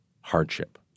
hardship